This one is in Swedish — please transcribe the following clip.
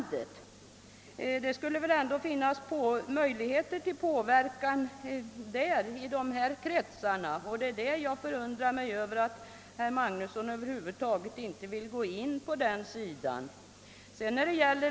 Det skulle väl ändå finnas möjligheter för de kretsarna att påverka förhållandena, och jag förundrade mig därför över att herr Magnusson i Borås över huvud taget inte ville gå in på den frågan.